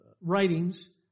writings